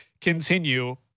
continue